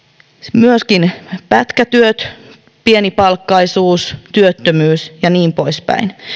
myöskin pätkätyöt pienipalkkaisuus työttömyys ja niin poispäin